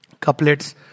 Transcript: couplets